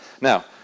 Now